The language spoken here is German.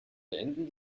beenden